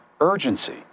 urgency